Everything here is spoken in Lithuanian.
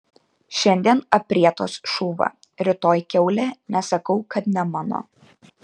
šiandien aprietas šuva rytoj kiaulė nesakau kad ne mano